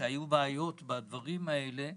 שבהם היו בעיות עם הדברים האלה,